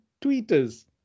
tweeters